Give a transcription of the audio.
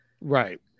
Right